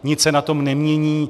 Nic se na tom nemění.